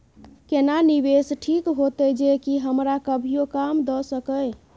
केना निवेश ठीक होते जे की हमरा कभियो काम दय सके?